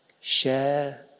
share